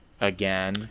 again